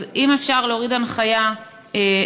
אז אם אפשר להוריד הנחיה לשטח,